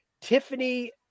Tiffany